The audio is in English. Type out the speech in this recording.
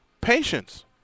Patience